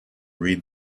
read